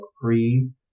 free